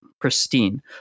pristine